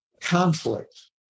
conflict